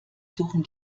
suchen